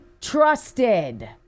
trusted